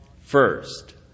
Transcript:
first